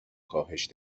کاهش